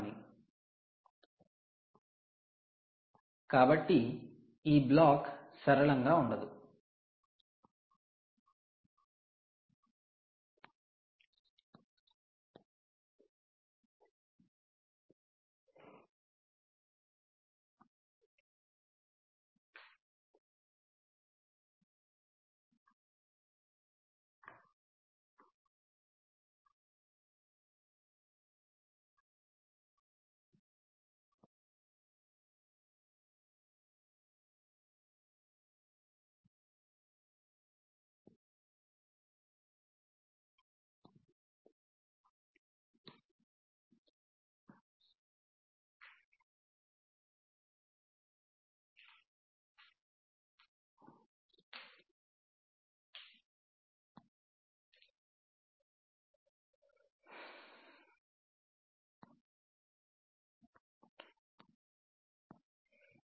కాబట్టి ఈ బ్లాక్ సరళంగా ఉండదు